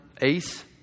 ace